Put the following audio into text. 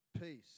peace